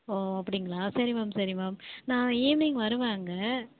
ஓ அப்படிங்களா சரி மேம் சரி மேம் நான் ஈவினிங் வருவேன் அங்கே